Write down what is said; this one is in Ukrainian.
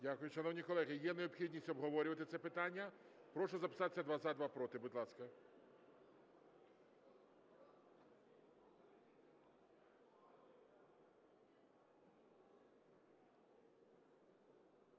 Дякую. Шановні колеги, є необхідність обговорювати це питання? Прошу записатися: два – за, два – проти, будь ласка.